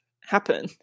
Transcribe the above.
happen